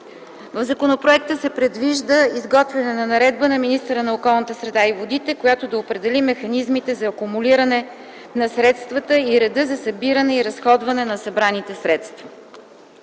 В законопроекта се предвижда изготвяне на наредба на министъра на околната среда и водите, която да определи механизмите за акумулиране на средствата и реда за събиране и разходване на събраните средства.